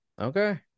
Okay